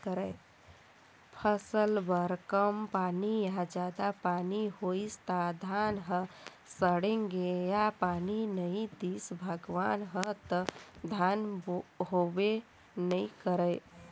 फसल बर कम पानी या जादा पानी होइस त धान ह सड़गे या पानी नइ दिस भगवान ह त धान होबे नइ करय